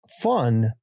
fun